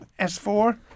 S4